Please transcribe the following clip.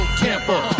camper